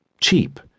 cheap